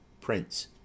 Prince